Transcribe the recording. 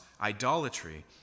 idolatry